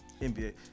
NBA